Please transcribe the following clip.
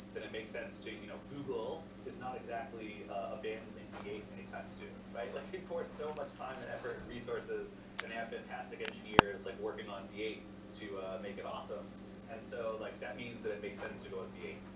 then it makes sense to you know google is not exactly abandoning v eight anytime soon. they like pour so much time and effort and resources and they fantastic engineers like working on v eight to ah make it awesome. and so, like that means that it makes sense to go with v eight.